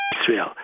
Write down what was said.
Israel